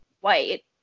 White